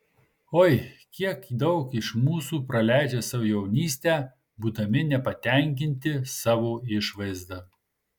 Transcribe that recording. oi kiek daug iš mūsų praleidžia savo jaunystę būdami nepatenkinti savo išvaizda